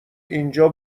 اینجا